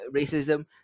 racism